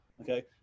Okay